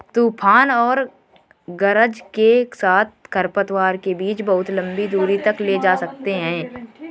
तूफान और गरज के साथ खरपतवार के बीज बहुत लंबी दूरी तक ले जा सकते हैं